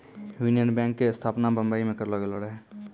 union bank के स्थापना बंबई मे करलो गेलो रहै